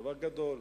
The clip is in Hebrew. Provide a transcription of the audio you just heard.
דבר גדול.